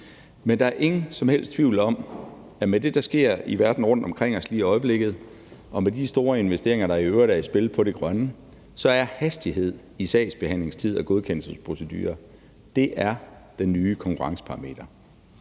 Men der er ingen som helst tvivl om, at med det, der sker i verden rundtomkring os i lige i øjeblikket, og med de store investeringer, der i øvrigt er i spil på det grønne område, er hastighed i sagsbehandlingstid og godkendelsesprocedurer det nye konkurrenceparameter.